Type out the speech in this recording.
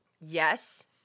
Yes